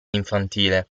infantile